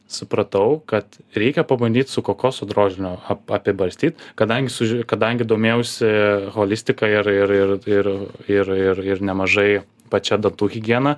supratau kad reikia pabandyt su kokosų drožiniu ap apibarstyt kadangi suži kadangi domėjausi holistika ir ir ir ir ir ir ir nemažai pačia dantų higiena